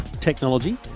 technology